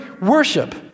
worship